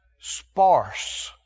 sparse